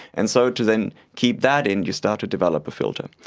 and so to then keep that in you start to develop a filter.